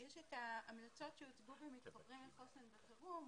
יש את ההמלצות שהוצגו ב'מתחברים לחוסן בחירום',